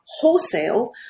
wholesale